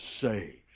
saved